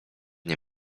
nie